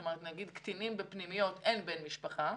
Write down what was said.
למשל לגבי קטינים בפנימיות אין בן משפחה,